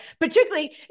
Particularly